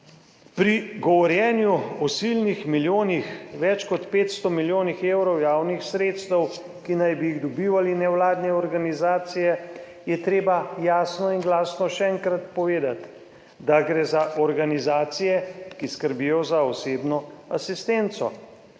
Pri govorjenju o silnih milijonih več kot 500 milijonih evrov javnih sredstev, ki naj bi jih dobivali nevladne organizacije je treba jasno in glasno še enkrat povedati, da gre za organizacije, ki skrbijo za osebno asistenco,